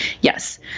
Yes